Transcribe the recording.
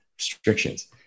restrictions